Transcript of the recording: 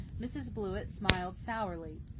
mrs. blewett smiled sourly.